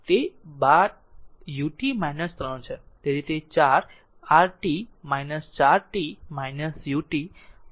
તો 12 તે ut 3 છે